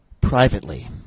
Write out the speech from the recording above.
privately